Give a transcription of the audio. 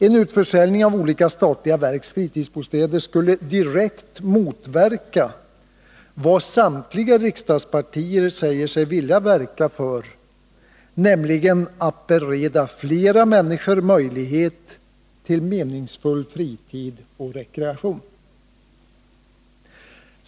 En utförsäljning av olika statliga verks fritidsbostäder skulle direkt motverka den målsättning samtliga riksdagspartier säger sig vilja verka för, nämligen att bereda flera människor möjlighet till meningsfull fritid och rekreation.